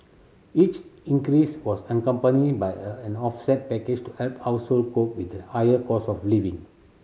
each increase was accompanied by a an offset package to help household cope with the higher cost of living